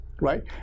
Right